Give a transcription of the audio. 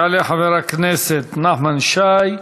יעלה חבר הכנסת נחמן שי,